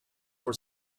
were